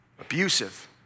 abusive